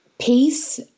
peace